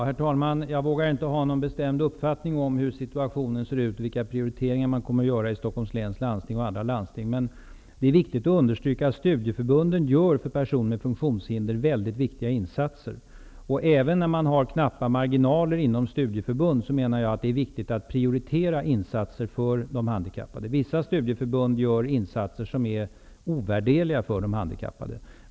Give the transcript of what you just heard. Herr talman! Jag vågar inte ha någon bestämd uppfattning om hur situationen ser ut och vilka prioriteringar man kommer att göra i Stockholms läns landsting och i andra landsting. Men det är viktigt att understryka att studieförbunden gör utomordentliga insatser för personer med funktionshinder. Även om man har knappa marginaler inom studieförbunden, är det angeläget att prioritera insatser för de handikappade. Vissa studieförbund gör insatser som är ovärderliga.